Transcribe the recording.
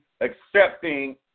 accepting